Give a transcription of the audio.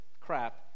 crap